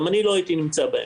גם לא הייתי נמצא בהם.